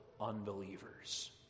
unbelievers